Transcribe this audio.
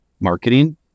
marketing